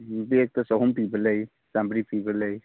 ꯎꯝ ꯕꯦꯒꯇ ꯆꯍꯨꯝ ꯄꯤꯕ ꯂꯩ ꯆꯥꯝꯃ꯭ꯔꯤ ꯄꯤꯕ ꯂꯩ